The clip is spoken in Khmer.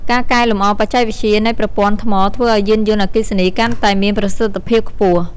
ការកែលម្អបច្ចេកវិទ្យានៃប្រព័ន្ធថ្មធ្វើឲ្យយានយន្តអគ្គីសនីកាន់តែ មានប្រសិទ្ធភាពខ្ពស់។